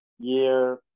year